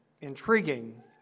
intriguing